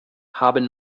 haben